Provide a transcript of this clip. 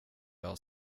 jag